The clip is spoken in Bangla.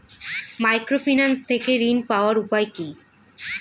মাইক্রোফিন্যান্স থেকে ঋণ পাওয়ার উপায় কি?